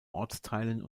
ortsteilen